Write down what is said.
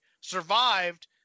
survived